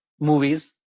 movies